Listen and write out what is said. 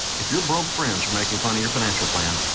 if your broke friends are making fun of your financial plan,